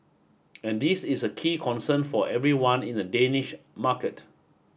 and this is a key concern for everyone in the Danish market